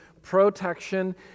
protection